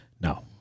No